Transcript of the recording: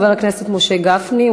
חבר הכנסת משה גפני,